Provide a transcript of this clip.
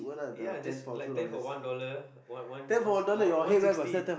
ya just like ten for one dollar one one one one one sixty